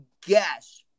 guess